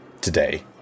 today